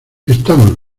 estamos